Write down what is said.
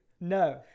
No